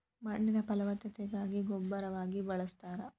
ಮಣ್ಣಿನ ಫಲವತ್ತತೆಗಾಗಿ ಗೊಬ್ಬರವಾಗಿ ಬಳಸ್ತಾರ